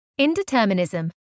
indeterminism